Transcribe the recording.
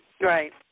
right